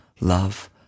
love